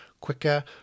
quicker